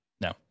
No